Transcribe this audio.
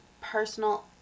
personal